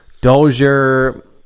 Dozier